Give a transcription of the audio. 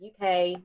UK